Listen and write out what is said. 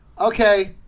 Okay